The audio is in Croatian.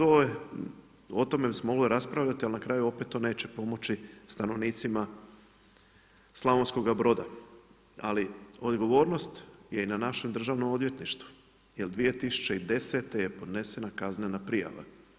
O tome se moglo raspraviti, ali na kraju to neće pomoći stanovnicima Slavonskoga Broda, ali odgovornost je na našem Državnom odvjetništvu, jer 2010. je podnesena kaznena prijava.